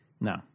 No